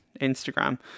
instagram